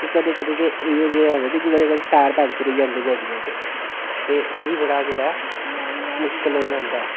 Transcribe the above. कदें कदें इंया आखदे कि टायर पंचर होई जंदे गड्डियें दे ते ओह्बी बड़ा जेह्ड़ा मुश्कल होई जंदा ऐ